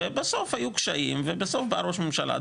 בסוף היו קשיים ובא ראש הממשלה,